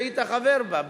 שהיית חבר בה,